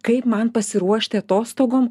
kaip man pasiruošti atostogom